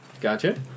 Gotcha